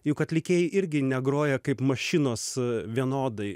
juk atlikėjai irgi negroja kaip mašinos vienodai